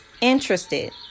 interested